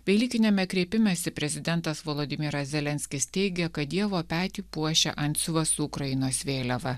velykiniame kreipimesi prezidentas volodimyras zelenskis teigė kad dievo petį puošia antsiuvas su ukrainos vėliava